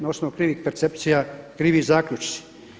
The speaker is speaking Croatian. Na osnovu krivih percepcija krivi zaključci.